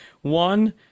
One